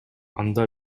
анда